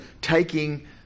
taking